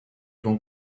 con